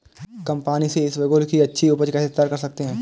कम पानी से इसबगोल की अच्छी ऊपज कैसे तैयार कर सकते हैं?